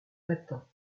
latin